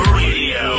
radio